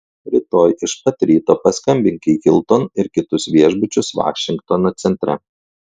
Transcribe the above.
rytoj iš pat ryto paskambink į hilton ir kitus viešbučius vašingtono centre